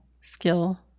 skill